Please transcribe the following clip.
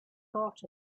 thought